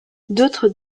d’autres